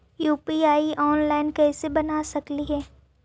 UPI online कैसे बना सकली हे?